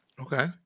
Okay